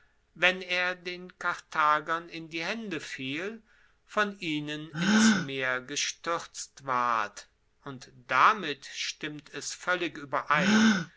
wenn er den karthagern in die haende fiel von ihnen ins meer gestuerzt ward und damit stimmt es voellig ueberein